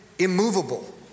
Immovable